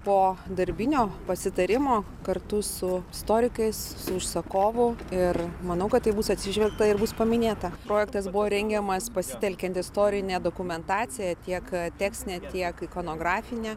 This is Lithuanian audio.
po darbinio pasitarimo kartu su istorikais su užsakovu ir manau kad tai bus atsižvelgta ir bus paminėta projektas buvo rengiamas pasitelkiant istorinę dokumentaciją tiek tekstinę tiek ikonografinę